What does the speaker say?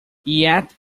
yet